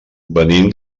venim